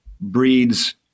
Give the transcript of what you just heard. breeds